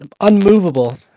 unmovable